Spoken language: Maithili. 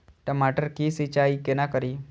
टमाटर की सीचाई केना करी?